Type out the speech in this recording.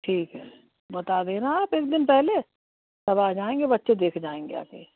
ठीक है बता देना आप एक दिन पहले तब आ जाएँगे बच्चे देख जाएँगे आके